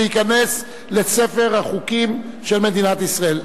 וייכנס לספר החוקים של מדינת ישראל.